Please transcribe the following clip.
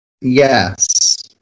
Yes